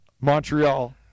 Montreal